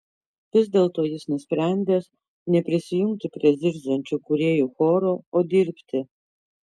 vis dėlto jis nusprendęs neprisijungti prie zirziančių kūrėjų choro o dirbti